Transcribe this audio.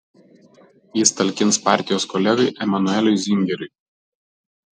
jis talkins partijos kolegai emanueliui zingeriui